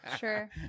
Sure